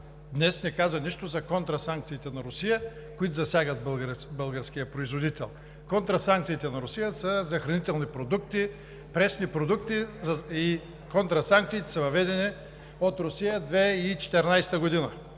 днес не каза нищо за контрасанкциите на Русия, които засягат българския производител. Контрасанкциите на Русия са за хранителни продукти, пресни продукти и са въведени от Русия през 2014 г., но